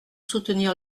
soutenir